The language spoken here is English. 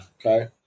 Okay